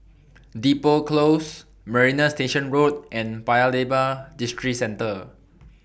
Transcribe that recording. Depot Close Marina Station Road and Paya Lebar Districentre